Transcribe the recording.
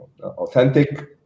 authentic